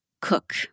cook